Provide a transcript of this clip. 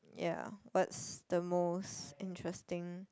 ya but the most interesting